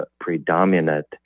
predominant